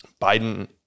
Biden